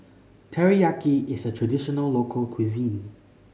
teriyaki is a traditional local cuisine